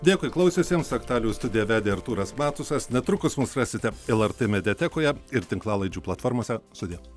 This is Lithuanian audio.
dėkui klausiusiems aktualijų studiją vedė artūras matusas netrukus mus rasite lrt mediatekoje ir tinklalaidžių platformose sudie